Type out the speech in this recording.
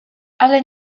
ale